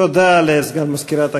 תודה לסגן מזכירת הכנסת.